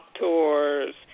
tours